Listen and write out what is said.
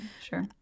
Sure